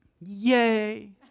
Yay